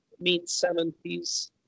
mid-70s